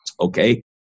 okay